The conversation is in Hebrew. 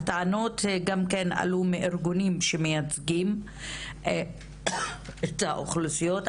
הטענות גם כן עלו מארגונים שמייצגים את האוכלוסיות.